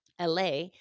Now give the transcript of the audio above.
LA